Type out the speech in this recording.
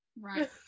right